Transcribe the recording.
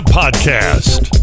podcast